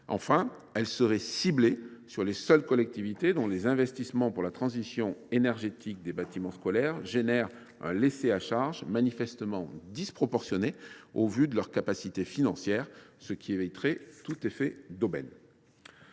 elle serait ciblée sur les seules collectivités dont les investissements pour la transition énergétique des bâtiments scolaires entraînent un reste à charge manifestement disproportionné au vu de leur capacité financière, ce qui éviterait tout effet d’aubaine.